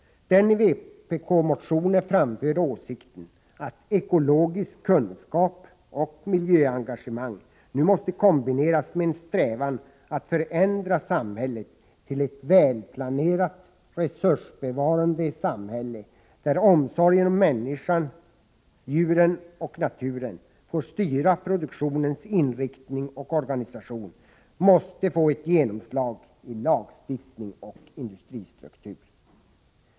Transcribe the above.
Den i vpk-motioner framförda åsikten att ekologisk kunskap och miljöengagemang nu måste kombineras med en strävan att förändra samhället till ett välplanerat, resursbevarande samhälle, där omsorgen om människan, djuren och naturen får styra produktionens inriktning och organisation, måste få ett genomslag i lagstiftning och industristruktur.